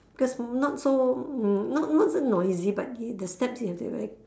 because not so um not say noisy but the steps you have to be very